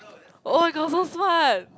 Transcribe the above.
[oh]-my-god so smart